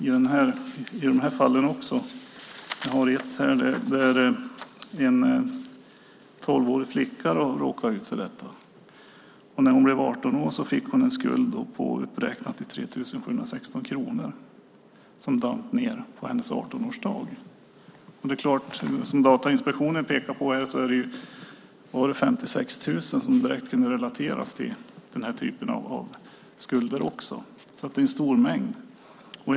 Jag har ett exempel på en 12-årig flicka som råkade ut för detta. När hon blev 18 år fick hon en skuld som var uppräknad till 3 716 kronor. Den damp ned på hennes 18-årsdag. Datainspektionen pekar på 56 000 fall som direkt kan relateras till den typen av skulder. Det är en stor mängd.